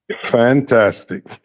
Fantastic